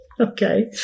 okay